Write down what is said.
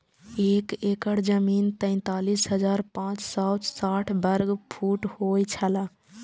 एक एकड़ जमीन तैंतालीस हजार पांच सौ साठ वर्ग फुट होय छला